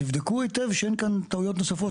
תבדקו היטב שאין כאן טעויות נוספות.